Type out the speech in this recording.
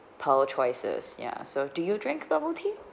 power choices ya so do you drink bubble tea